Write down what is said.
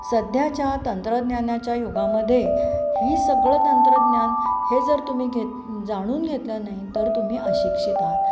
सध्याच्या तंत्रज्ञानाच्या युगामध्ये ही सगळं तंत्रज्ञान हे जर तुम्ही घेत जाणून घेतलं नाही तर तुम्ही अशिक्षित आहात